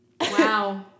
Wow